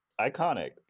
Iconic